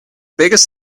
biggest